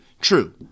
True